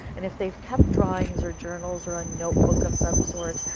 and if they have kept drawings or journals or a notebook of some sort,